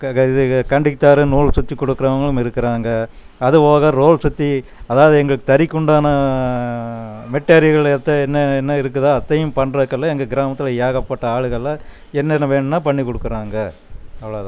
இது கண்டுக்கு தர்ற நூல் சுற்றிக் கொடுக்குறவங்களும் இருக்கிறாங்க அது போக ரோல் சுற்றி அதாவது எங்கள் தறிக்குண்டான மெட்டெரியல்கள் என்னென்ன இருக்குதோ அதையும் பண்றதுக்கெல்லாம் எங்கள் கிராமத்தில் ஏகப்பட்ட ஆளுகள்லாம் என்னென்ன வேணும்னா பண்ணி கொடுக்குறாங்க அவ்வளோ தான்